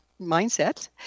mindset